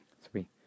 three